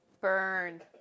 Burn